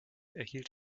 erhielt